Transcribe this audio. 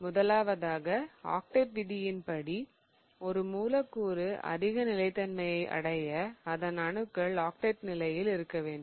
முதலாவதாக ஆக்டெட் விதியின்படி ஒரு மூலக்கூறு அதிக நிலைத்தன்மையை அடைய அதன் அணுக்கள் ஆக்டெட் நிலையில் இருக்க வேண்டும்